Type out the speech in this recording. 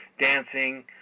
dancing